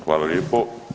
Hvala lijepo.